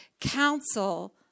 council